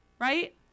Right